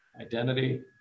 identity